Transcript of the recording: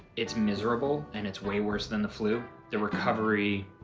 it's miserable and it's way worse than the flu. the recovery,